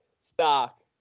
stock